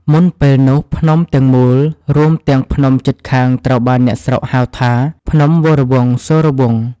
មុនពេលនោះ ភ្នំទាំងមូលរួមទាំងភ្នំជិតខាងត្រូវបានអ្នកស្រុកហៅថា "ភ្នំវរវង្សសូរវង្ស"។